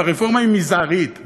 הרפורמה היא מזערית,